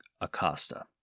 Acosta